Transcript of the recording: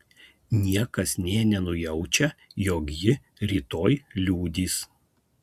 niekas nė nenujaučia jog ji rytoj liudys